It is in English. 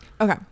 Okay